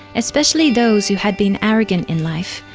especially those who had been arrogant in life,